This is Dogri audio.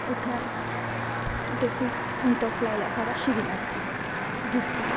उत्थैं ते फ्ही उन तुस लाई लैओ श्रीनगर जिसी